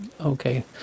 Okay